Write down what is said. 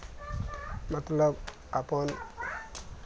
मतलब अपन